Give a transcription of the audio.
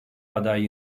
aday